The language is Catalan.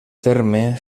terme